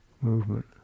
movement